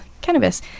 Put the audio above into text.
cannabis